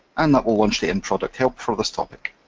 and that will launch the in-product help for this topic.